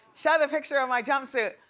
show the picture of my jumpsuit.